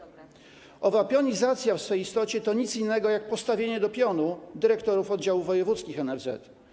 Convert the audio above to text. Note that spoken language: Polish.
Owa pionizacja w swej istocie to nic innego jak postawienie do pionu dyrektorów oddziałów wojewódzkich NFZ.